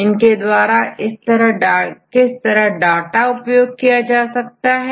इनके द्वारा किस तरह के डाटा उपयोग किया जा सकता है